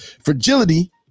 fragility